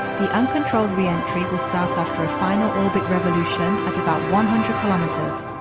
the uncontrolled re-entry will start after a final orbit revolution at about one hundred kilometers.